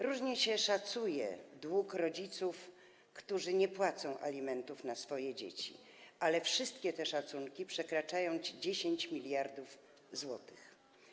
Różnie się szacuje dług rodziców, którzy nie płacą alimentów na swoje dzieci, ale wszystkie te szacunki przekraczają 10 mld zł.